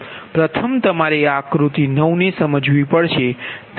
પ્રથમ તમારે આ આકૃતિ 9 ને સમજવી પડશે